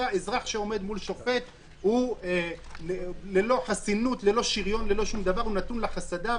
אזרח שעומד מול שופט הוא ללא שריון נתון לחסדיו,